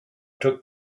took